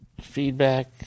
feedback